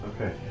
Okay